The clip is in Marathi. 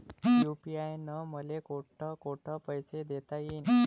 यू.पी.आय न मले कोठ कोठ पैसे देता येईन?